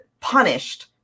punished